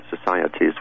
societies